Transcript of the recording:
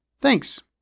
Thanks